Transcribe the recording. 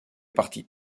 partie